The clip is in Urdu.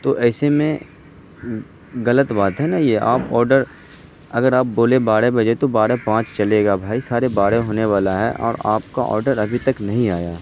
تو ایسے میں غلط بات ہے نا یہ آپ آڈر اگر آپ بولے بارہ بجے تو بارہ پانچ چلے گا بھائی ساڑھے بارہ ہونے والا ہے اور آپ کا آڈر ابھی تک نہیں آیا